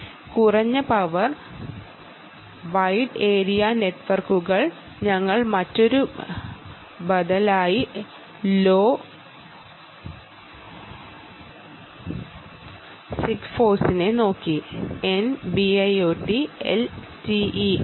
law power wide area നെറ്റ്വർക്കുകൾ ഞങ്ങൾ മറ്റൊരു ബദലായി ലോറ സിഗ്ഫോക്സിനെ കുറിച്ചും സംസാരിച്ചു